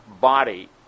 body